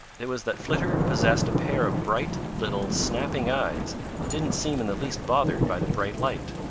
it was that flitter possessed a pair of bright, little, snapping eyes and didn't seem in the least bothered by the bright light.